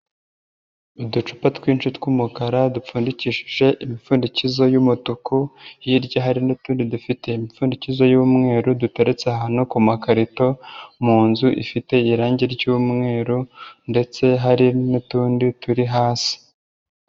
Uducupa twinshi tw'umukara dupfundikishije imipfundikizo y'umutuku hirya hari n'utundi dufite imipfundikizo y'umweru duteretse ahantu ku makarito mu nzu ifite irangi ry'umweru ndetse hari n'utundi turi hasi.